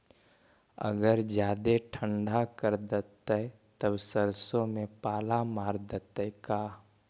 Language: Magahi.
अगर जादे ठंडा कर देतै तब सरसों में पाला मार देतै का?